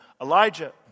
Elijah